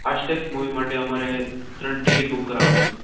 ફાસ્ટટેક્સ movie માટે અમારે ત્રણ ટિકિટ બૂક કરાવાની છે